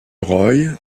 roy